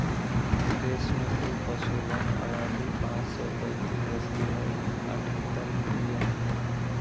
देश में कुल पशुधन आबादी पांच सौ पैतीस दशमलव अठहतर मिलियन हइ